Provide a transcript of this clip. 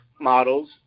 models